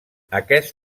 aquest